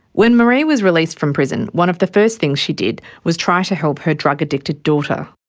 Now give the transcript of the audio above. when maree was released from prison, one of the first things she did was try to help her drug addicted daughter.